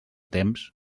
temps